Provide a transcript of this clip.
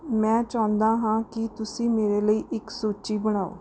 ਮੈਂ ਚਾਹੁੰਦਾ ਹਾਂ ਕਿ ਤੁਸੀਂ ਮੇਰੇ ਲਈ ਇੱਕ ਸੂਚੀ ਬਣਾਓ